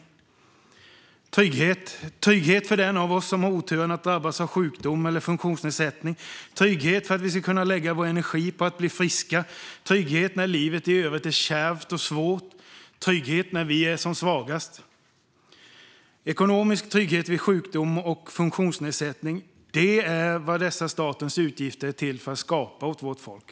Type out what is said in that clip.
Det handlar om trygghet för dem av oss som har oturen att drabbas av sjukdom eller funktionsnedsättning, trygghet för att vi ska kunna lägga vår energi på att bli friska, trygghet när livet i övrigt är kärvt och svårt och trygghet när vi är som svagast. Ekonomisk trygghet vid sjukdom och funktionsnedsättning är vad dessa statens utgifter är till för att skapa åt vårt folk.